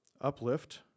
Uplift